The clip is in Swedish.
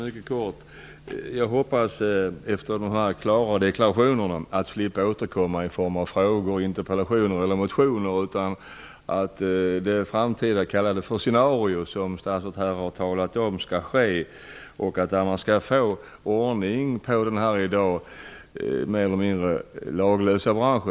Fru talman! Efter dessa klara deklarationer hoppas jag att jag slipper återkomma i form av frågor, interpellationer eller motioner. Jag hoppas att det framtida scenario som statsrådet har redogjort för skall bli verklighet och att man får ordning på denna i dag mer eller mindre laglösa bransch.